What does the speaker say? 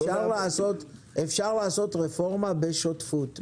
אפשר לעשות רפורמה בשותפות,